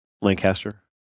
Lancaster